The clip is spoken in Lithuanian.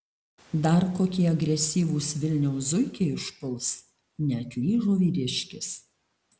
dar kokie agresyvūs vilniaus zuikiai užpuls neatlyžo vyriškis